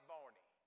Barney